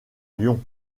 lyon